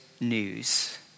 news